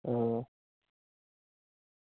आं